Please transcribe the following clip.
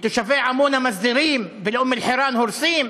לתושבי עמונה מסדירים ולאום-אלחיראן הורסים?